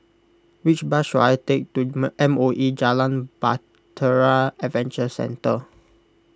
which bus should I take to M O E Jalan Bahtera Adventure Centre